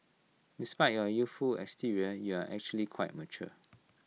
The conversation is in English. despite your youthful exterior you're actually quite mature